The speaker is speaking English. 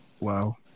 Wow